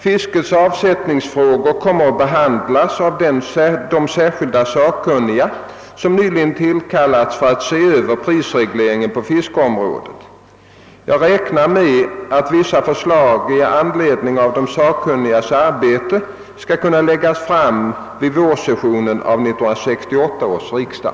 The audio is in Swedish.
Fiskets avsättningsfrågor kommer att behandlas av de särskilda sakkunniga som nyligen tillkallats för att se över prisregleringen på fiskeområdet. Jag räknar med att vissa förslag i anledning av de sakkunnigas arbete skall kunna läggas fram vid vårsessionen av 1968 års riksdag.